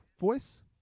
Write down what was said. voice